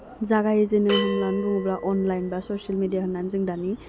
जागायजेनो होननानै बुङोब्ला अनलाइन बा ससियेल मेडिया होननानै जों दानि